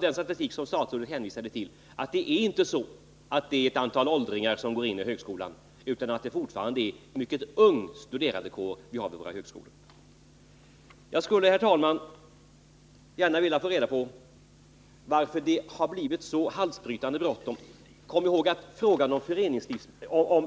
Den statistik som statsrådet hänvisade till visar att det inte är ett antal åldringar som går in i högskolan utan att studerandekåren fortfarande består av mycket unga människor. Jag vill alltså gärna få veta varför det blev så halsbrytande bråttom. Kom ihåg att frågan om